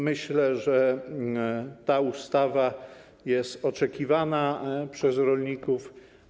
Myślę, że ta ustawa jest oczekiwana przez rolników.